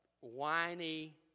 whiny